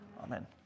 Amen